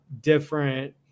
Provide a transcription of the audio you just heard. different